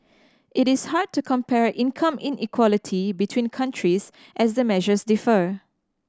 it is hard to compare income inequality between countries as the measures differ